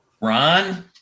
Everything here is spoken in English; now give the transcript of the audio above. Ron